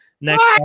Next